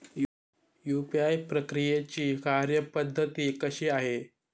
UPI प्रक्रियेची कार्यपद्धती कशी आहे?